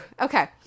Okay